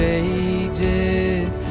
ages